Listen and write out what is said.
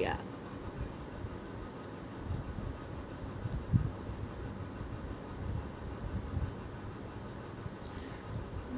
ya